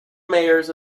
mayors